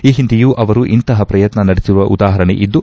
ಈ ಹಿಂದೆಯೂ ಇವರು ಇಂತಹ ಪ್ರಯತ್ನ ನಡೆಸಿರುವ ಉದಾಹರಣೆ ಇದ್ದು